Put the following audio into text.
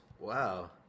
Wow